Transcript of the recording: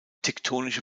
tektonische